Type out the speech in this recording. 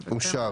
אין נמנעים.